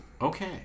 Okay